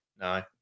No